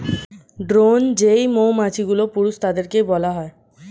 drone যেই মৌমাছিগুলো, পুরুষ তাদেরকে বলা হয়